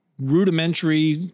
rudimentary